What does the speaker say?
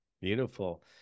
Beautiful